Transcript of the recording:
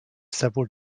several